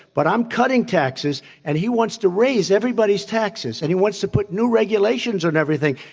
but i'm cutting taxes, and he wants to raise everybody's taxes. and he wants to put new regulations on everything.